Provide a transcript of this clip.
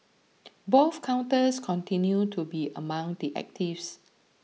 both counters continued to be among the actives